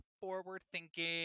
forward-thinking